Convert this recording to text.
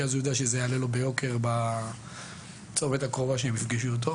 כי אז הוא יודע שזה יעלה לו ביוקר בצומת הקרובה שהם יפגשו אותו,